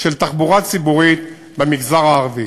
של תחבורה ציבורית במגזר הערבי.